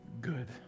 good